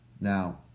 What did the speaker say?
Now